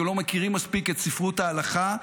הם לא מכירים מספיק את ספרות ההלכה,